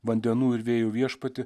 vandenų ir vėjų viešpatį